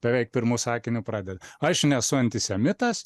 beveik pirmu sakiniu pradeda aš nesu antisemitas